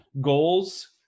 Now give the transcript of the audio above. goals